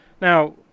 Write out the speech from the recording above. Now